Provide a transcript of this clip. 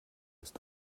ist